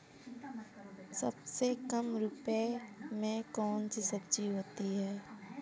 सबसे कम रुपये में कौन सी सब्जी होती है?